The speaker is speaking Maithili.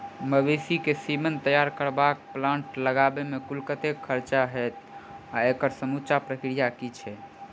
मवेसी केँ सीमन तैयार करबाक प्लांट लगाबै मे कुल कतेक खर्चा हएत आ एकड़ समूचा प्रक्रिया की छैक?